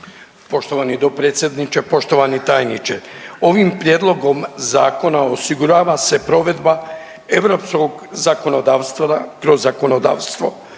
Poštovani dopredsjedniče, poštovani tajniče, ovim prijedlogom zakona osigurava se provedba europskog zakonodavstva kroz zakonodavstvo